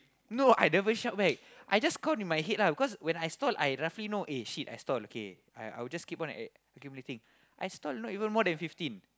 no I never shout back I just count in my head lah because when I stall I roughly know eh shit I stall okay I would just keep on acc~ accumulating I stall not even more than fifteen